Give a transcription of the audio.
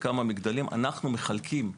לכמה מגדלים אנחנו מחלקים אתר,